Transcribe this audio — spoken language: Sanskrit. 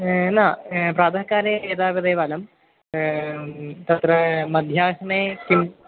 न प्रातःकाले एतावदेव अलं तत्रा मध्याह्ने किम्